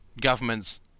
governments